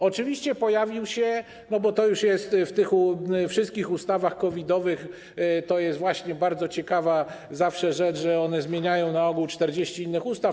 Oczywiście pojawiła się też zmiana... bo to już jest w tych wszystkich ustawach COVID-owych, to jest właśnie bardzo ciekawa rzecz, że one zmieniają na ogół 40 innych ustaw.